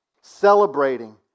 celebrating